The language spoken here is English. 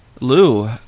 Lou